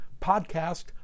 podcast